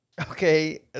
Okay